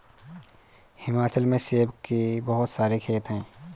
हिमाचल में सेब के बहुत सारे खेत हैं